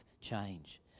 change